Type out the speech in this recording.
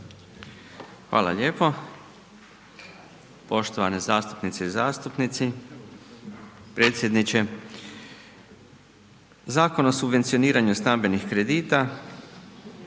Hvala lijepo. Poštovane zastupnice i zastupnici, predsjedniče. Zakon o subvencioniranju stambenih kredita